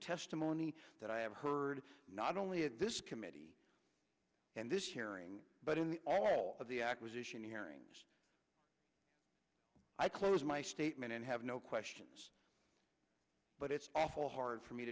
testimony that i have heard not only at this committee and this hearing but in all of the acquisition hearings i close my statement and have no questions but it's awful hard for me